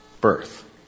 birth